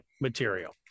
material